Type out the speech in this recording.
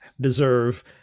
deserve